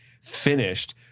finished